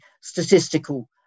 statistical